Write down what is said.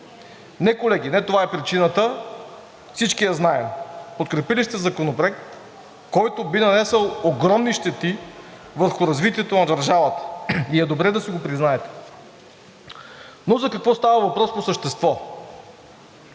Не, колеги, не това е причината. Всички я знаем. Подкрепили сте Законопроект, който би нанесъл огромни щети върху развитието на държавата, и е добре да си го признаете. Но за какво става въпрос по същество?